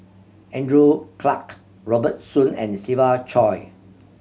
Andrew Clarke Robert Soon and Siva Choy